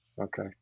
Okay